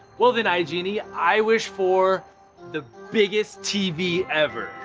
well then, igenie, i wish for the biggest tv ever.